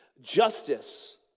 justice